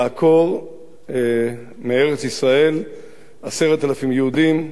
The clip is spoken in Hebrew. לעקור מארץ-ישראל 10,000 יהודים,